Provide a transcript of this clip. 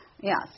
Yes